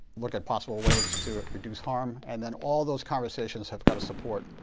look at possible ways to reduce harm. and then all those conversations have got to support,